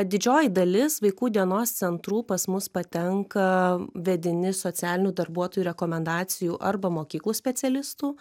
didžioji dalis vaikų dienos centrų pas mus patenka vedini socialinių darbuotojų rekomendacijų arba mokyklų specialistų